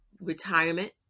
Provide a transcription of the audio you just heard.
retirement